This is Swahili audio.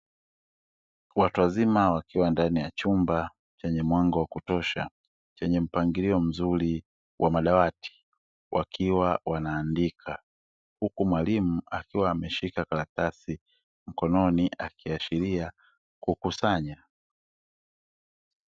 Watu wazima wakiwa ndani ya chumba chenye mwanga wa kutosha, chenye mpangilio mzuri wa madawati. Wakiwa wanaandika huku mwalimu akiwa ameshika karatsi mkononi, akiashiria kukusanya.